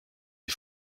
les